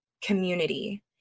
community